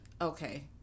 Okay